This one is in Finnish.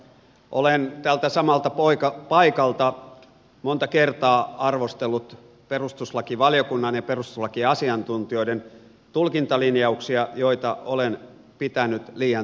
olen tältä samalta paikalta monta kertaa arvostellut perustuslakivaliokunnan ja perustuslakiasiantuntijoiden tulkintalinjauksia joita olen pitänyt liian tiukkoina